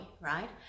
right